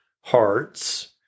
hearts